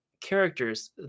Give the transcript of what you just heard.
characters